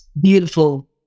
beautiful